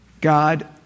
God